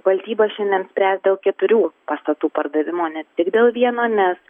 valdyba šiandien spręs dėl keturių pastatų pardavimo ne tik dėl vieno nes